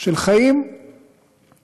של חיים בדמוקרטיה.